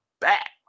back